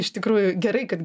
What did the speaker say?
iš tikrųjų gerai kad